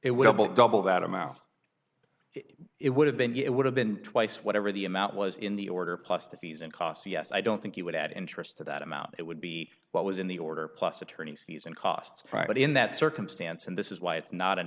amount it would have been get would have been twice whatever the amount was in the order plus the fees and costs yes i don't think it would add interest to that amount it would be what was in the order plus attorneys fees and costs right in that circumstance and this is why it's not an